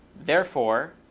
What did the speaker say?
therefore,